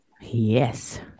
Yes